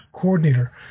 Coordinator